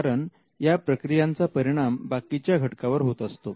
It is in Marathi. कारण या प्रक्रियांचा परिणाम बाकींच्या घटकांवर होत असतो